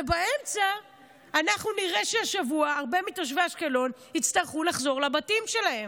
באמצע אנחנו נראה שהשבוע הרבה מתושבי אשקלון יצטרכו לחזור לבתים שלהם.